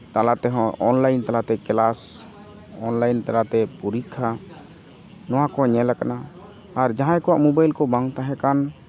ᱛᱟᱞᱟ ᱛᱮᱦᱚᱸ ᱚᱱᱞᱟᱭᱤᱱ ᱛᱟᱞᱟᱛᱮ ᱠᱮᱞᱟᱥ ᱚᱱᱞᱟᱭᱤᱱ ᱛᱟᱞᱟᱛᱮ ᱯᱚᱨᱤᱠᱠᱷᱟ ᱱᱚᱣᱟ ᱠᱚ ᱧᱮᱞ ᱠᱟᱱᱟ ᱟᱨ ᱡᱟᱦᱟᱸᱭ ᱠᱚᱣᱟᱜ ᱢᱳᱵᱟᱭᱤᱞ ᱠᱚ ᱵᱟᱝ ᱛᱟᱦᱮᱸ ᱠᱟᱱ